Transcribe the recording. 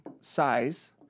size